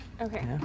Okay